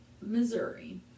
Missouri